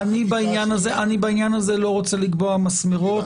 אני בעניין הזה לא רוצה לקבוע מסמרות,